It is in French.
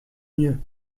mieux